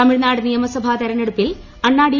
തമിഴ്നാട് നിയമസഭാ തെരഞ്ഞെടുപ്പിൽ അണ്ണാ ഡി